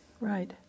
Right